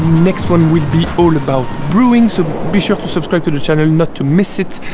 next one will be all about brewing so be sure to subscribe to the channel not to miss it.